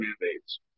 mandates